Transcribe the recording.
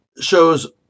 shows